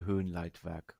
höhenleitwerk